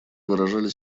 выражали